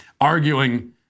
arguing